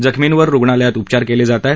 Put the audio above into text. जखमींवर रुग्णालयात उपचार केले जात आहे